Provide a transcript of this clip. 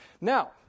Now